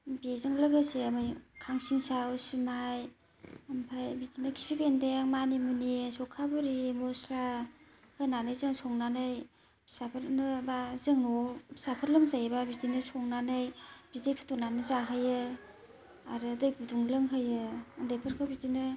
बेजों लोगोसे बे खांसिंसा उसुमाइ ओमफ्राय बिदिनो खिफि बेन्दों मानिमुनि सौखा मुलि मसला होनानै जों संनानै फिसाफोरनो एबा जों न'आव फिसाफोर लोमजायोबा बिदिनो संनानै बिदै फुदुंनानै जाहोयो आरो दै गुदुं लोंहोयो उन्दैफोरखौ बिदिनो